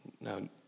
Now